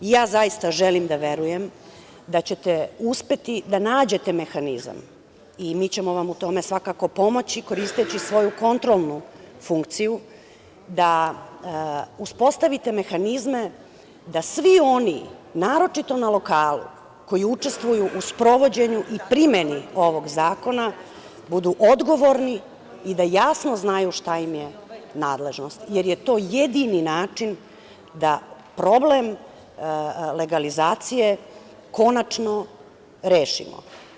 Ja zaista želim da verujem da ćete uspeti da nađete mehanizam i mi ćemo vam svakako u tome pomoći, koristeći svoju kontrolnu funkciju, da uspostavite mehanizme, da svi oni, naročito na lokalu, koji učestvuju u sprovođenju i primeni ovog zakona, budu odgovorni i da jasno znaju šta im je nadležnost, jer je to jedini način da problem legalizacije konačno rešimo.